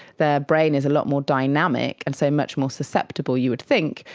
their brain is a lot more dynamic and so much more susceptible, you would think,